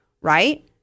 right